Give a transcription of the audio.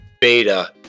beta